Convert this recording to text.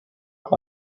look